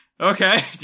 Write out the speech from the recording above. okay